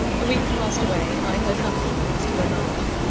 a week passed away, and i heard nothing from mr. bernard.